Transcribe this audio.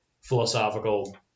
philosophical